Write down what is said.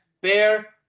bear